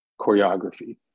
choreography